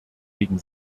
gegen